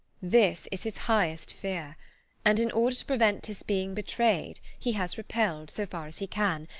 this is his highest fear and in order to prevent his being betrayed he has repelled, so far as he can,